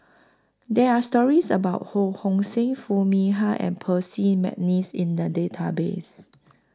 There Are stories about Ho Hong Sing Foo Mee Har and Percy Mcneice in The Database